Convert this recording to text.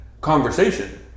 conversation